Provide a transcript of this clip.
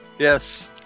Yes